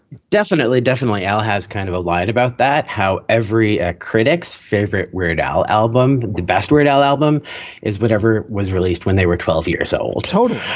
definitely, definitely. al has kind of a line about that. how every a critic's favorite weird al album, the best weird al album is whatever was released when they were twelve years ah old. total.